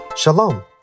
Shalom